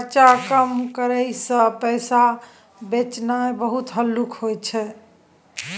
खर्चा कम करइ सँ पैसा बचेनाइ बहुत हल्लुक होइ छै